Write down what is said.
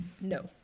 No